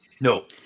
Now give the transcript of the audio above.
No